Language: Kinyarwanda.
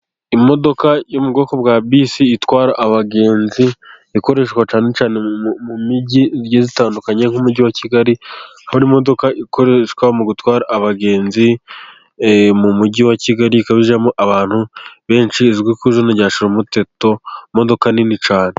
Imodoka yo mu bwoko bwa bisi, itwara abagenzi ikoreshwa cyane cyane mu migi igiye itandukanye nk'umugi wa Kigali. Hari imodoka ikoreshwa mu gutwara abagenzi mu mugi wa kigali, ikaba ijemo abantu benshi izwi ku izina rya shirumuteto, imodoka nini cyane.